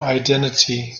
identity